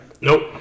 Nope